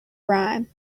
rhyme